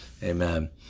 Amen